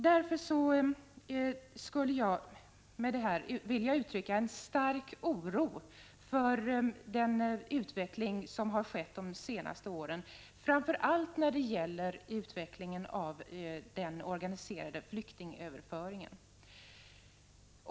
Därför hyser jag en stark oro för den utveckling som har skett de senaste åren, framför allt utvecklingen av den organiserade flyktingöverföringen.